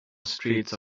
streets